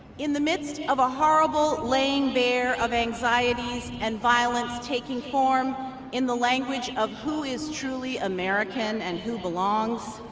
in the midst of a horrible laying bare of anxieties and violence taking form in the language of who is truly american and who belongs